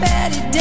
Betty